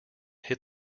hit